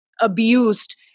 abused